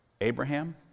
Abraham